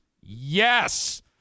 Yes